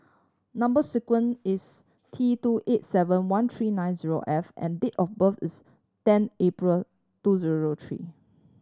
number sequence is T two eight seven one three nine zero F and date of birth is ten April two zero zero three